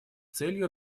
целью